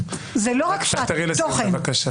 תחתרי לסיום בבקשה.